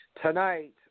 Tonight